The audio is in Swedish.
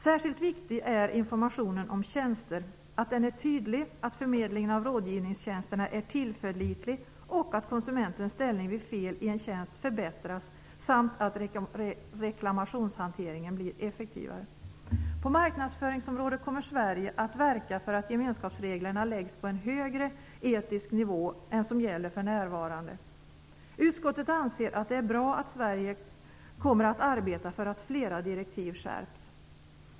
Särskilt viktig är informationen om tjänster - att den är tydlig, att förmedlingen av rådgivningstjänsterna är tillförlitlig och att konsumentens ställning vid fel i en tjänst förbättras samt att reklamationshanteringen blir effektivare. På marknadsföringsområdet kommer Sverige att verka för att gemenskapsreglerna läggs på en högre etisk nivå än som gäller för närvarande. Utskottet anser att det är bra att Sverige kommer att arbeta för att flera direktiv skärps.